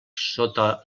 sota